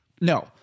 no